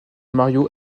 mario